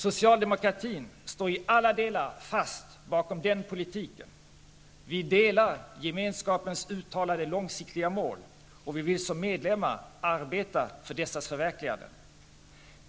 Socialdemokratin står i alla delar fast bakom den politiken. Vi delar Gemenskapens uttalade långsiktiga mål, och vi vill som medlemmar arbeta för dessas förverkligande.